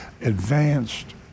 advanced